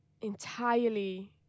entirely